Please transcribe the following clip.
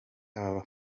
aba